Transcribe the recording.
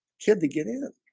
kid to get in